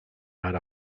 had